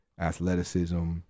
athleticism